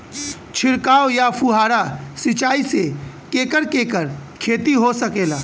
छिड़काव या फुहारा सिंचाई से केकर केकर खेती हो सकेला?